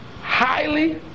Highly